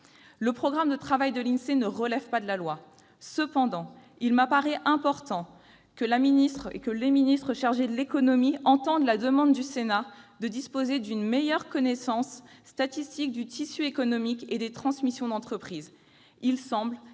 Le programme de travail de l'INSEE ne relève pas de la loi. Cependant, il m'apparaît important que les membres du Gouvernement chargés de l'économie entendent la demande du Sénat de disposer d'une meilleure connaissance statistique du tissu économique et des transmissions d'entreprise. Une